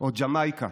או ג'מייקה.